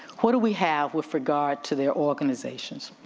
what do we have with regard to their organizations?